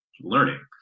learning